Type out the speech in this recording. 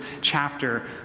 chapter